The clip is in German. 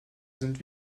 sind